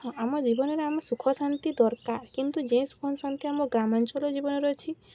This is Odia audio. ହଁ ଆମ ଜୀବନରେ ଆମ ସୁଖ ଶାନ୍ତି ଦରକାର କିନ୍ତୁ ଯେନ୍ ସୁଖ ଶାନ୍ତି ଆମ ଗ୍ରାମାଞ୍ଚଳ ଜୀବନରେ ଅଛି